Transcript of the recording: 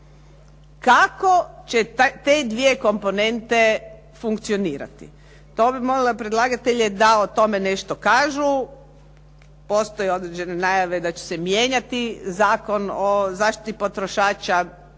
Kako će te dvije komponente funkcionirati? To bi molila predlagatelje da o tome nešto kažu. Postoje određene najave da će se mijenjati Zakon o zaštiti potrošača